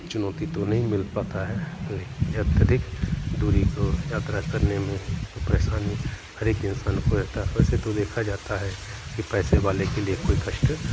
चुनौती तो नहीं मिलता है लेकिन जब अत्यधिक दूरी का यात्रा करने में परेशानी हरेक इंसान को होता है वैसे तो देखा जाता है की पैसे वाले के लिए कोई कष्ट